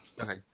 okay